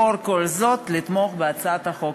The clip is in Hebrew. לאור כל זאת, לתמוך בהצעת החוק.